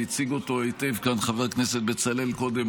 והציג אותו היטב כאן חבר הכנסת בצלאל קודם,